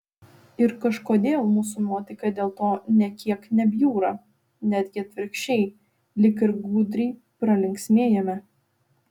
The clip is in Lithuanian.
ir kažkodėl mūsų nuotaika dėl to nė kiek nebjūra netgi atvirkščiai lyg ir gudriai pralinksmėjame